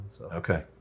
Okay